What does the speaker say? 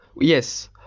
Yes